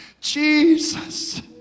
Jesus